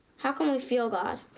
how can we feel god?